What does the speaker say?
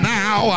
now